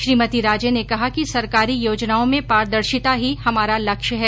श्रीमती राजे ने कहा कि सरकारी योजनाओं में पारदर्शिता ही हमारा लक्ष्य है